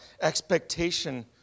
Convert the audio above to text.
expectation